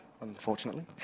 unfortunately